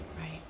Right